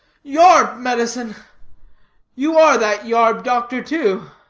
yarb-medicine you are that yarb-doctor, too?